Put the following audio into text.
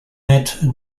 mat